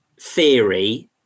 theory